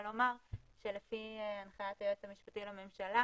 לומר שלפי הנחיית היועץ המשפטי לממשלה,